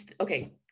okay